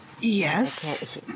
yes